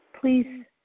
Please